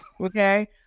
Okay